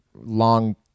long